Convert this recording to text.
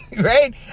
Right